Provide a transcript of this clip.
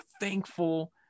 thankful